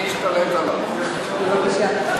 בבקשה.